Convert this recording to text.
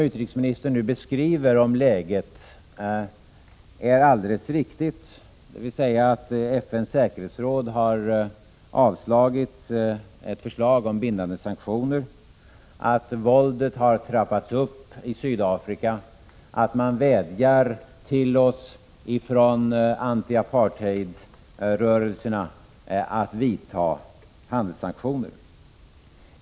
Utrikesministerns beskrivning av läget är alldeles riktig — dvs. att FN:s säkerhetsråd har avslagit ett förslag om bindande sanktioner, att våldet har trappats uppi Sydafrika, att man vädjar till oss från anti-apartheid-rörelserna om att tillgripa handelssanktioner.